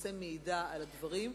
למעשה מעידה על הדברים.